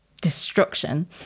destruction